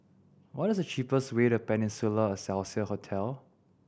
what is the cheapest way to Peninsula Excelsior Hotel